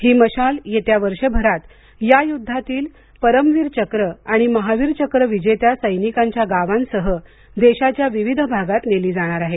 ही मशाल येत्या वर्षभरात या युद्धातील परमवीर चक्र आणि महावीरचक्र विजत्या सैनिकांच्या गावांसह देशाच्या विविध भागात नेली जाणार आहे